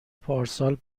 پارسال